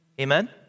Amen